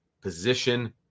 position